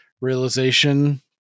realization